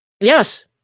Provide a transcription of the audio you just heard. Yes